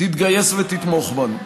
תתגייס ותתמוך בנו.